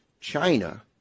China